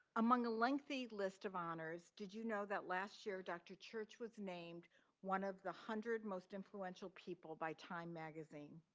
among a lengthy list of honors, did you know that last year dr. church was named one of the one hundred most influential people by time magazine?